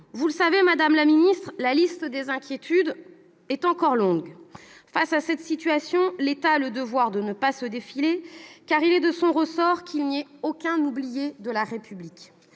Vous le savez, madame la secrétaire d'État, la liste des inquiétudes est encore longue ... Face à cette situation, l'État a le devoir de ne pas se défiler, car il est de son ressort qu'il n'y ait aucun oublié de la République.